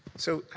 so,